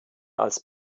als